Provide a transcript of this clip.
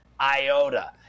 iota